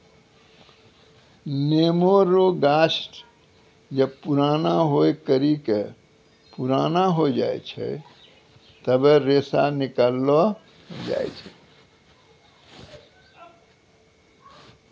नेमो रो गाछ जब पुराणा होय करि के पुराना हो जाय छै तबै रेशा निकालो जाय छै